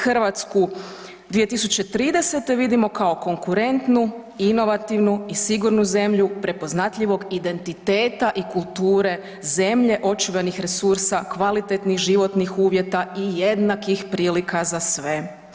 Hrvatsku 2030. vidimo kao konkurentnu, inovativnu i sigurnu zemlju prepoznatljivog identiteta i kulture, zemlje očuvanih resursa, kvalitetnih životnih uvjeta i jednakih prilika za sve.